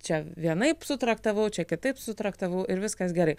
čia vienaip sutraktavau čia kitaip sutraktavau ir viskas gerai